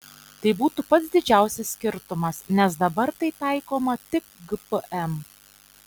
tai būtų pats didžiausias skirtumas nes dabar tai taikoma tik gpm